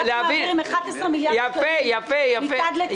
כשאנחנו מעבירים 11 מיליארד שקלים מצד לצד,